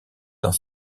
dans